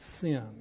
sin